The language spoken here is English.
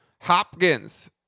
Hopkins